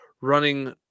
running